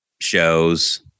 shows